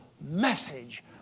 message